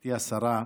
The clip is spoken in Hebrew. גברתי השרה,